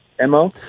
mo